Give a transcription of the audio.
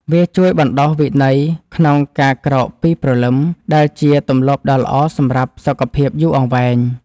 វាជួយបណ្ដុះវិន័យក្នុងការក្រោកពីព្រលឹម ដែលជាទម្លាប់ដ៏ល្អសម្រាប់សុខភាពយូរអង្វែង។